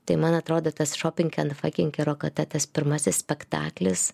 tai man atrodo tas šoping ent faking ir rokata tas pirmasis spektaklis